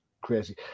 crazy